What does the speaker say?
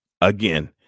again